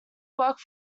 worked